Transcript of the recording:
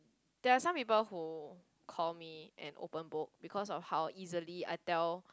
there are some people who call me an open book because of how easily I tell